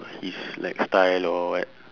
his like style or what